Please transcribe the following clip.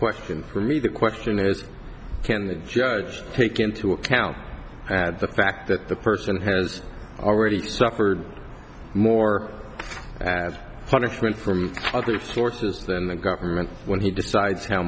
question for me the question is can the judge take into account add the fact that the person has already suffered more as punishment from the floor says than the government when he decides how